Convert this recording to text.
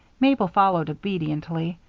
mabel followed obediently.